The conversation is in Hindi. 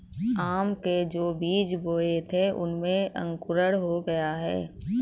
आम के जो बीज बोए थे उनमें अंकुरण हो गया है